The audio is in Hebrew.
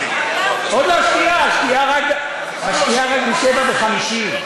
השקיעה רק ב-19:50.